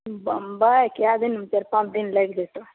बम्बइ कए दिन चारि पॉंच दिन लागि जेतो